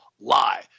lie